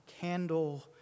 candle